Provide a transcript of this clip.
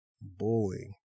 bullying